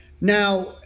Now